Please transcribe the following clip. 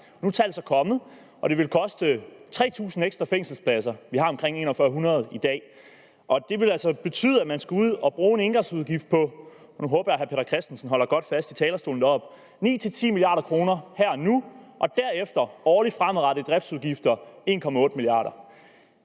Nu er tallet så kommet, og det vil koste 3.000 ekstra fængselspladser. Vi har omkring 4.100 i dag. Det vil altså betyde, at man skal ud at bruge en engangsudgift på – og nu håber jeg, at hr. Peter Christensen holder godt fast i talerstolen deroppe – 9-10 mia. kr. her og nu og derefter 1,8 mia. kr. årligt fremadrettet i driftsudgifter. Det er